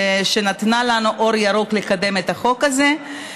שנתנה לנו אור ירוק לקדם את החוק הזה.